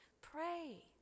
Pray